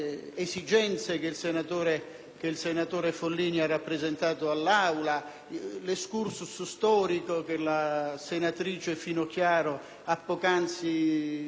che il senatore Follini ha rappresentato all'Aula e l'*excursus* storico che la senatrice Finocchiaro ha poc'anzi proposto.